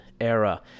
era